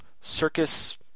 circus